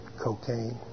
cocaine